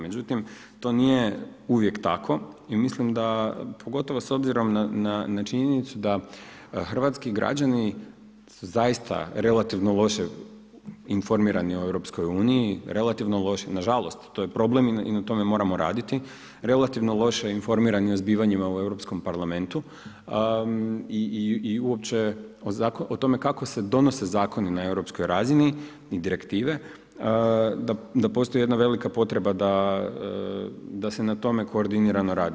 Međutim to nije uvijek tako i mislim da, pogotovo s obzirom na činjenicu da hrvatski građani su zaista relativno loše informirani o EU, nažalost to je problem i na tome moramo raditi, relativno loše informirani o zbivanjima u Europskom parlamentu i uopće o tome kako se donose zakoni na Europskoj razini i direktive, da postoji jedna velika potreba da se na tome koordinirano radi.